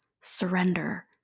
surrender